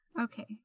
Okay